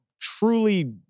truly